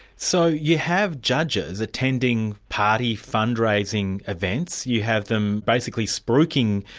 so you have judges attending party fundraising events, you have them basically spruiking,